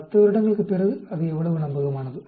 10 வருடங்களுக்குப் பிறகு அது எவ்வளவு நம்பகமானது